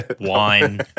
wine